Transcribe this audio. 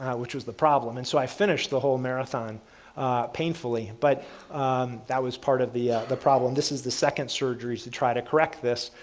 which was the problem, and so i finished the whole marathon painfully. but that was part of the the problem, this is the second surgeries to try to correct this,